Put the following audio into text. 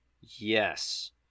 Yes